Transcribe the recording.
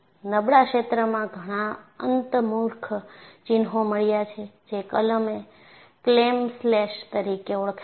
નબળા ક્ષેત્રમાં ઘણા અંતર્મુખ ચિહ્નો મળ્યા છે જે ક્લેમ શેલ્સ તરીકે ઓળખાય છે